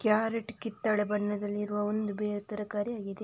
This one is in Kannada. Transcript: ಕ್ಯಾರೆಟ್ ಕಿತ್ತಳೆ ಬಣ್ಣದಲ್ಲಿ ಇರುವ ಒಂದು ಬೇರು ತರಕಾರಿ ಆಗಿದೆ